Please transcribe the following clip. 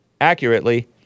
accurately